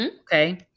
Okay